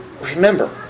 remember